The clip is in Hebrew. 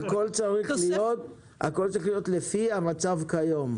הכול צריך להיות לפי המצב כיום.